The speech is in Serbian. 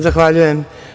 Zahvaljujem.